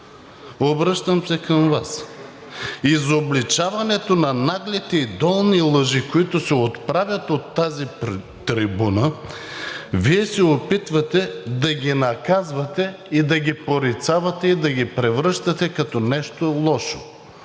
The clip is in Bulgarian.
обръщам се към Вас: изобличаването на наглите и долни лъжи, които се отправят от тази трибуна, Вие се опитвате да ги наказвате и да ги порицавате, и да ги превръщате като нещо лошо.